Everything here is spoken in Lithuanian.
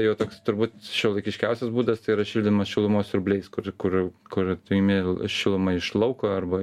jau toks turbūt šiuolaikiškiausias būdas tai yra šildymas šilumos siurbliais kur kur kur tu imi l šilumą iš lauko arba